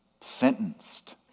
sentenced